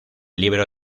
libro